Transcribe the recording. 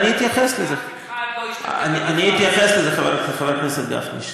שאף אחד לא, אני אתייחס לזה, חבר הכנסת גפני.